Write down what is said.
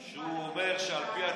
שהוא אומר שעל פי התקנון,